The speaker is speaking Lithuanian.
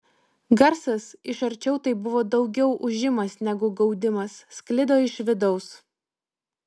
garsas iš arčiau tai buvo daugiau ūžimas negu gaudimas sklido iš vidaus